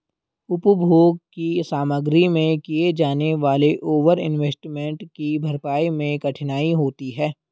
उपभोग की सामग्री में किए जाने वाले ओवर इन्वेस्टमेंट की भरपाई मैं कठिनाई होती है